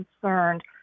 concerned